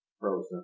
Frozen